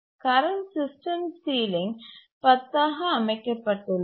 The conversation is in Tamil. கரண்ட் சிஸ்டம் சீலிங் 10 ஆக அமைக்கப்பட்டுள்ளது